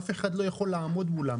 אף אחד לא יכול לעמוד מולם.